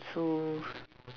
so